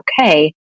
okay